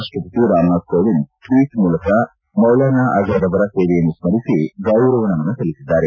ರಾಷ್ಟಪತಿ ರಾಮನಾಥ್ ಕೋವಿಂದ್ ಟ್ವೀಟ್ ಮೂಲಕ ಮೌಲನಾ ಆಜಾದ್ ಅವರ ಸೇವೆಯನ್ನು ಸ್ಮರಿಸಿ ಗೌರವ ನಮನ ಸಲ್ಲಿಸಿದ್ದಾರೆ